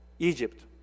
Egypt